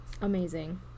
Amazing